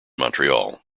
montreal